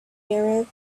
arab